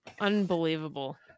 Unbelievable